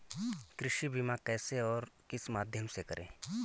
कृषि बीमा कैसे और किस माध्यम से करें?